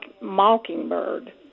mockingbird